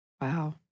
Wow